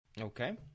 Okay